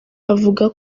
avuga